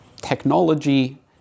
Technology